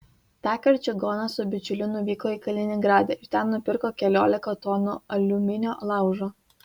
tąkart čigonas su bičiuliu nuvyko į kaliningradą ir ten nupirko keliolika tonų aliuminio laužo